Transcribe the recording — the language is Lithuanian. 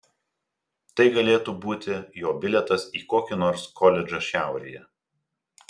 tai galėtų būti jo bilietas į kokį nors koledžą šiaurėje